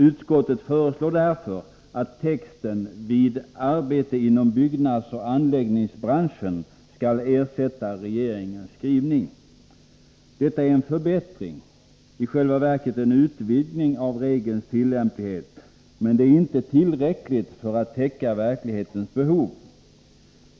Utskottet föreslår därför att orden ”vid arbete” skall ersätta orden ”under anställning vid företag” i regeringens förslag. Detta är en förbättring, i själva verket en utvidgning av regelns tillämplighet, men det är inte tillräckligt för att täcka verklighetens behov.